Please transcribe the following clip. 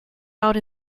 out